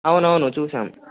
అవునవును చూశాం